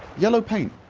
yellow paint